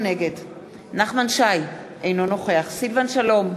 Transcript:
נגד נחמן שי, אינו נוכח סילבן שלום,